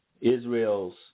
Israel's